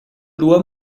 loi